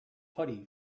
putty